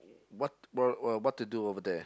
what wer~ what to do over there